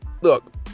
look